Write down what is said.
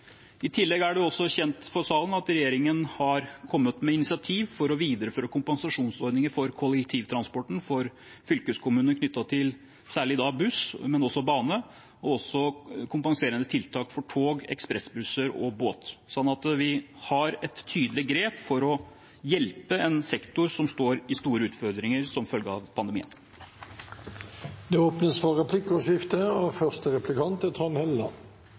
I tillegg er det også kjent for salen at regjeringen har kommet med initiativ til å videreføre kompensasjonsordninger for kollektivtransporten for fylkeskommunene, særlig knyttet til buss, men også bane, tog, ekspressbusser og båt. Så vi tar et tydelig grep for å hjelpe en sektor som har store utfordringer som følge av pandemien. Det blir replikkordskifte. Det har vært interessant å lese de felles merknadene som er